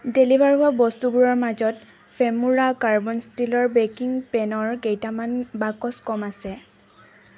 deliver হোৱা বস্তুবোৰৰ মাজত ফেমোৰা কাৰ্বন ষ্টীলৰ বেকিং পেনৰ কেইটামান বাকচ কম আছে